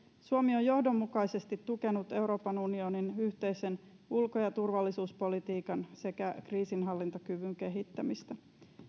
suomi on johdonmukaisesti tukenut euroopan unionin yhteisen ulko ja turvallisuuspolitiikan sekä kriisinhallintakyvyn kehittämistä